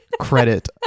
credit